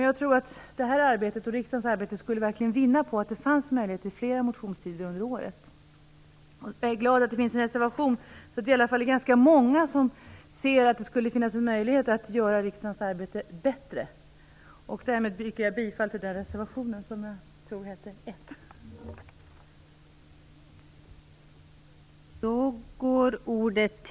Jag tror att ledamöternas arbete och riksdagens arbete verkligen skulle vinna på att det fanns möjlighet till fler motionstider under året. Jag är glad över att det finns en reservation, så att vi i alla fall är ganska många som ser att det skulle finnas en möjlighet att göra riksdagens arbete bättre. Därmed yrkar jag bifall till reservation nr 1.